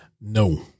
No